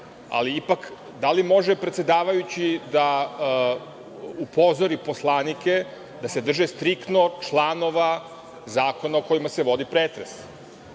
ali ipak da li može predsedavajući da upozori poslanike da se drže striktno članova zakona o kojima se vodi pretres.